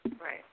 Right